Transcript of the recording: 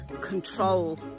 control